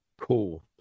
Cool